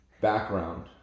background